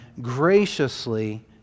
graciously